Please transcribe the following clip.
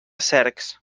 cercs